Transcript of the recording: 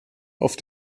auf